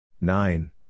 Nine